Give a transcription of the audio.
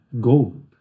gold